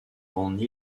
grande